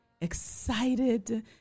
excited